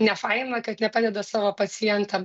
nefaina kad nepadeda savo pacientam